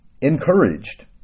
encouraged